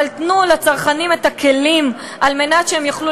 אבל תנו לצרכנים את הכלים על מנת שהם יוכלו